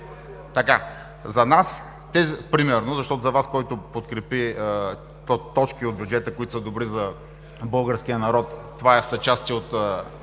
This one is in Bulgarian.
съвет, примерно, защото за Вас, подкрепени точки от бюджета, които са добри за българския народ, това са части от